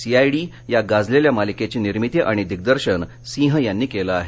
C I D या गाजलेल्या मालिकेची निर्मिती आणि दिग्दर्शन सिंह यांनी केल आहे